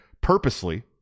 purposely